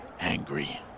angry